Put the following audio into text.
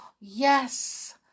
Yes